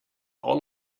all